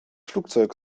flugzeug